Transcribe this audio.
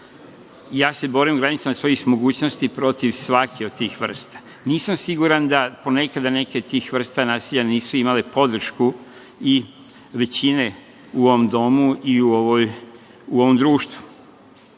Ja se borim u granicama svojih mogućnosti protiv svake od tih vrsta. Nisam siguran da ponekada neke od tih vrsta nasilja nisu imale podršku i većine u ovom domu i u ovom društvu. Opasno